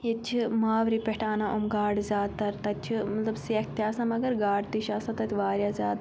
ییٚتہِ چھِ ماورِ پٮ۪ٹھ اَنان یِم گاڈٕ زیادٕ تَر تَتہِ چھِ مطلب سیٚکھ تہِ آسان مگر گاڈٕ تہِ چھِ آسان تَتہِ واریاہ زیادٕ